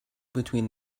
between